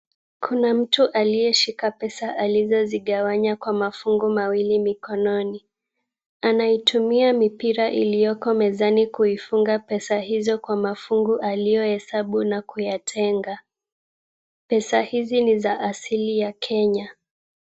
Kuna mtu aliyeshika pesa alizozigawanya kwa mafungu mawili mikononi. Anaitumia mipira iliyoko mezani kuifunga pesa hizo kwa mafungu aliyohesabu na kuyatenga. Pesa hizi ni za asili ya Kenya.